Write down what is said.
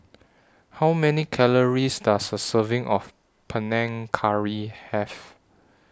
How Many Calories Does A Serving of Panang Curry Have